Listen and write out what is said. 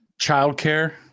Childcare